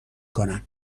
کنن